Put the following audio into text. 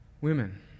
Women